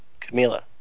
Camila